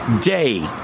day